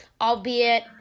albeit